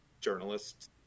journalists